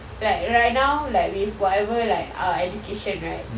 like right now like with whatever like our education right